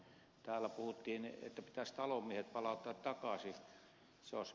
täällä puhuttiin että pitäisi talonmiehet palauttaa takaisin